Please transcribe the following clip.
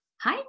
hi